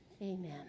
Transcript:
Amen